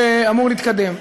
שאמור להתקדם.